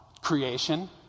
creation